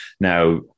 Now